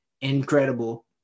incredible